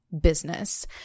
business